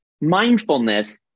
Mindfulness